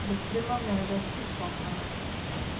కృత్రిమ మేధస్సు స్వభావం